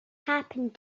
happened